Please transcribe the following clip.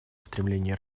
устремления